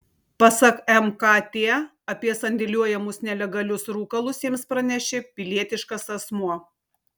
pasak mkt apie sandėliuojamus nelegalius rūkalus jiems pranešė pilietiškas asmuo